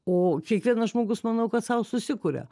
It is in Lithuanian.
o kiekvienas žmogus manau kad sau susikuria